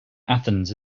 athens